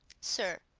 sir,